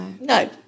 No